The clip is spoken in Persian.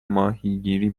ماهیگیری